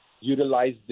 utilize